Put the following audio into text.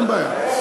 אין בעיה.